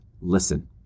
listen